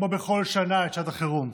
כמו בכל שנה, את שעת החירום.